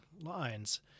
lines